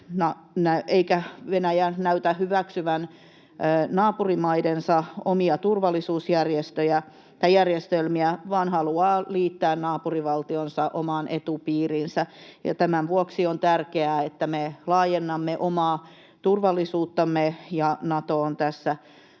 eikä Venäjä näytä hyväksyvän naapurimaidensa omia turvallisuusjärjestelmiä vaan haluaa liittää naapurivaltionsa omaan etupiiriinsä. Tämän vuoksi on tärkeää, että me laajennamme omaa turvallisuuttamme, ja Nato on tässä osaltaan